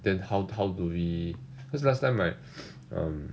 then how how do we because last time right um